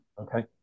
Okay